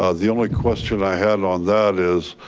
ah the only question i had on that is,